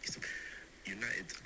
United